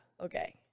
okay